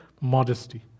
modesty